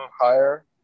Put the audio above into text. higher